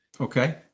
Okay